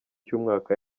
cy’umwaka